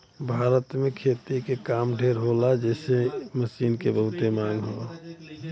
भारत में खेती के काम ढेर होला जेसे इ मशीन के बहुते मांग हौ